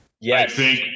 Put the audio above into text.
Yes